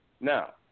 Now